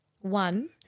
One